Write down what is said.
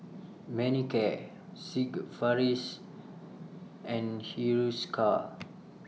Manicare Sigvaris and Hiruscar